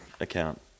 account